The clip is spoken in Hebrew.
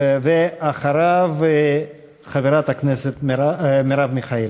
ואחריו, חברת הכנסת מרב מיכאלי.